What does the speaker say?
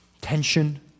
tension